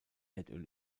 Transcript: erdöl